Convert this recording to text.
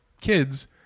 kids